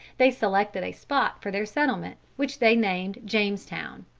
they selected a spot for their settlement, which they named jamestown.